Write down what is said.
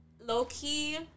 low-key